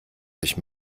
sich